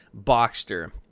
Boxster